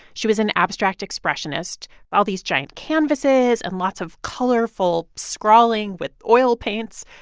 she was an abstract expressionist all these giant canvases and lots of colorful scrawling with oil paints.